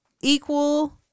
equal